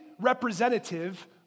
representative